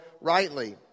rightly